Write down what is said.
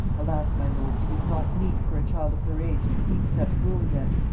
alas! my lord, it is not meet for a child of her age to keep such rule yet.